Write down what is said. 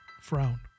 Frown